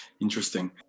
Interesting